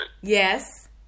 Yes